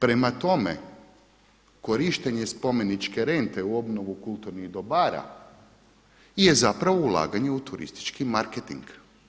Prema tome, korištenje spomeničke rente u obnovu kulturnih dobara je zapravo ulaganje u turistički marketing.